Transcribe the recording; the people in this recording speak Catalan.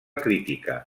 crítica